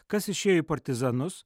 kas išėjo į partizanus